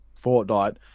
Fortnite